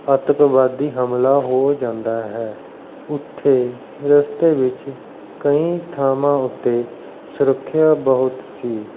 ਅਤੰਕਵਾਦੀ ਹਮਲਾ ਹੋ ਜਾਂਦਾ ਹੈ ਉੱਥੇ ਰਸਤੇ ਵਿੱਚ ਕਈ ਥਾਵਾਂ ਉੱਤੇ ਸੁਰੱਖਿਆ ਬਹੁਤ ਸੀ